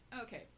Okay